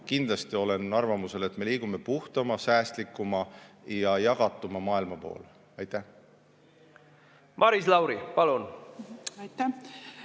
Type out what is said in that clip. kindlasti olen arvamusel, et me liigume puhtama, säästlikuma ja jagatuma maailma poole. Maris Lauri, palun! Maris